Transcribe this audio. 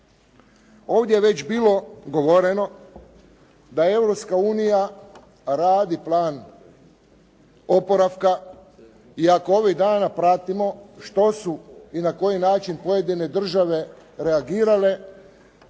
Ovdje je već bilo govoreno da Europska unija radi plan oporavka i ako ovih dana pratimo što su i na koji način pojedine države reagirale,